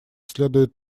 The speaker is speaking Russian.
следует